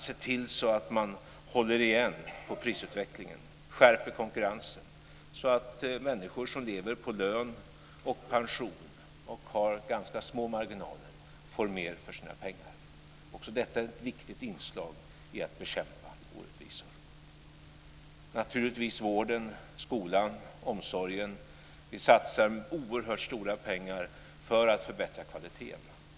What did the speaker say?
Vi måste hålla igen på prisutvecklingen och skärpa konkurrensen så att människor som lever på lön och pension och har ganska små marginaler får mer för sina pengar. Detta är också ett viktigt inslag i att bekämpa orättvisor. Vi satsar också oerhört stora pengar för att förbättra kvaliteten i vården, skolan och omsorgen.